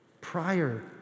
prior